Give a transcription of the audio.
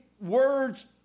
words